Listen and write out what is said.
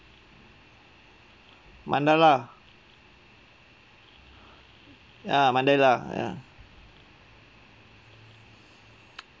mandela ya mandela ya